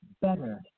better